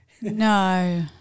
No